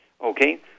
Okay